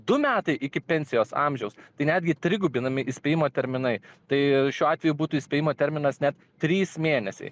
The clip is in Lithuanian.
du metai iki pensijos amžiaus tai netgi trigubinami įspėjimo terminai tai šiuo atveju būtų įspėjimo terminas net trys mėnesiai